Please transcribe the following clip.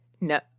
No